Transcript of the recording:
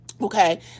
Okay